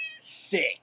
Sick